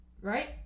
right